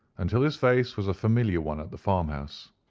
until his face was a familiar one at the farm-house.